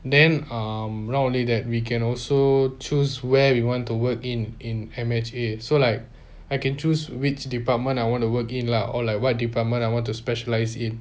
then um not only that we can also choose where we want to work in in M H A so like I can choose which department I wanna work in lah or like what department I want to specialise in